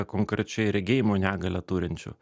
konkrečiai regėjimo negalią turinčių